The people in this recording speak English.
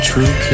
True